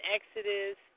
Exodus